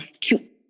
cute